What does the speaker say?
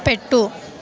పెట్టు